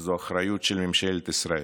זו אחריות של ממשלת ישראל.